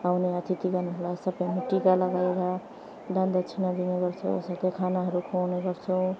आउने अतिथिगणहरूलाई सबमा टिका लगाएर दान दक्षिणा दिने गर्छौँ सब खानाहरू खुवाउने गर्छौँ